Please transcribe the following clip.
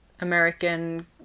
American